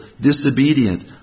disobedient